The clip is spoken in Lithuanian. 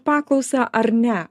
paklausą ar ne